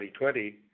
2020